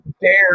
dare